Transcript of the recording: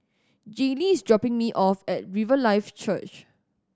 Jaylee is dropping me off at Riverlife Church